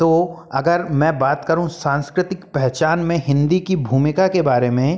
तो अगर मैं बात करूँ सांस्कृतिक पहचान में हिन्दी की भूमिका के बारे में